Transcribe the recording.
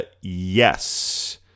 yes